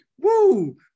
Woo